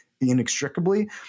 inextricably